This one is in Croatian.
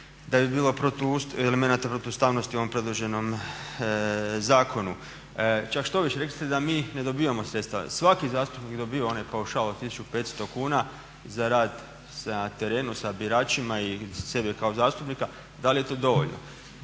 osnove i elemenata protuustavnosti u ovom predloženom zakonu. Čak štoviše, rekli ste da mi ne dobivamo sredstva. Svaki zastupnik dobiva onaj paušal od 1500 kuna za rad na terenu sa biračima i sebe kao zastupnika. Da li je to dovoljno?